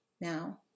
now